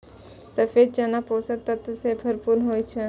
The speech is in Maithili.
सफेद चना पोषक तत्व सं भरपूर होइ छै